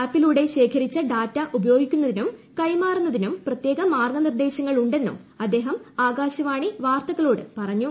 ആപ്പിലൂടെ ശേഖരിച്ച ഡാറ്റ ഉപയോഗിക്കുന്നതിനും കൈമാറുന്നതിനും പ്രത്യേക മാർഗ്ഗനിർദ്ദേശങ്ങൾ ഉണ്ടെന്ന് അദ്ദേഹം ആകാശവാണി വാർത്തയോട് പറഞ്ഞു